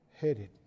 headed